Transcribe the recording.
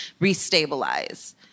restabilize